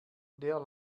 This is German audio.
der